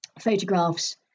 photographs